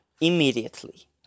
immediately